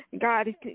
God